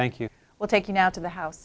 thank you well taking out of the house